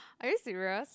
are you serious